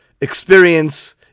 experience